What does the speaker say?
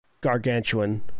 Gargantuan